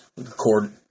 record